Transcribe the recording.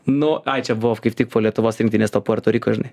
nu ai čia buvo kaip tik po lietuvos rinktinės to puerto riko žinai